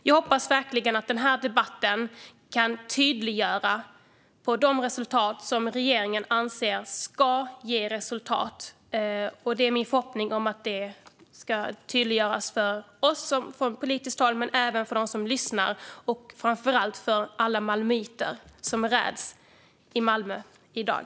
Jag hoppas verkligen att denna debatt kan tydliggöra det som regeringen anser ska ge resultat. Det är min förhoppning att detta ska tydliggöras för oss från politiskt håll men även för dem som lyssnar och framför allt för alla malmöiter som räds i Malmö i dag.